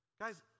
Guys